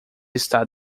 está